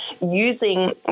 using